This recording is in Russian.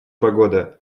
погода